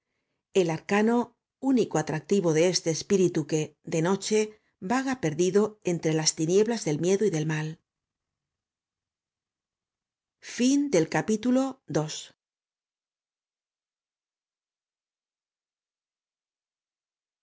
el arcano único atractivo de este espíritu que de noche vaga perdido entre las tinieblas del miedo y del mal